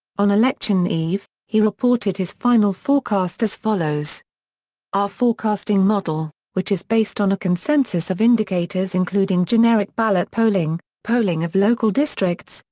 on election eve, he reported his final forecast as follows our forecasting model, which is based on a consensus of indicators including generic ballot polling, polling of local districts,